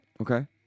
Okay